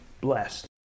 blessed